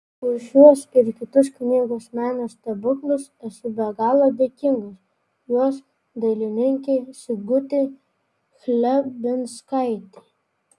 už šiuos ir kitus knygos meno stebuklus esu be galo dėkingas jos dailininkei sigutei chlebinskaitei